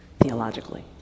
theologically